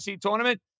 tournament